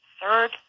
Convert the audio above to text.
third